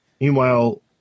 Meanwhile